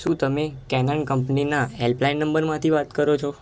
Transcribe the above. શું તમે કેનન કંપનીનાં હેલ્પલાઇન નંબરમાંથી વાત કરો છો